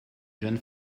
jeune